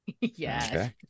Yes